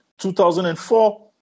2004